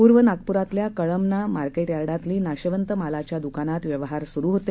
पूर्व नागपूरातल्या कळमना मार्केट यार्डातली नाशवंत मालाच्या दुकानात व्यवहार सुरु होते